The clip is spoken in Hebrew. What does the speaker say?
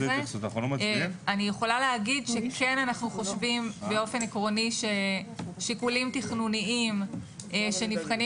אני יכולה להגיד שאנחנו כן חושבים ששיקולים תכנוניים שנבחנים